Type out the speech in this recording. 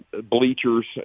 bleachers